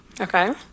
Okay